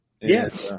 Yes